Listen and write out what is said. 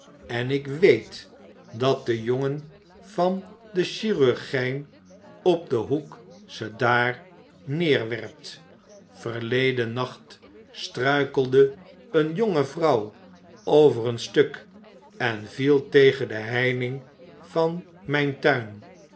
en ik weet dat de jongen van den chirurgijn op den hoek ze daar neerwerpt verleden nacht struikelde een jonge vrouw over een stuk en viel tegen de heining van mijn tuin